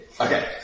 okay